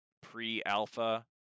pre-alpha